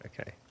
Okay